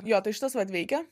jo tai šitos vat veikia